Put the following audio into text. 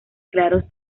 claros